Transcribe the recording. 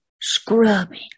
Scrubbing